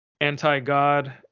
anti-god